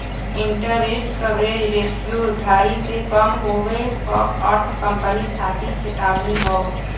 interest coverage ratio ढाई से कम होये क अर्थ कंपनी खातिर चेतावनी हौ